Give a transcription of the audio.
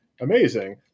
amazing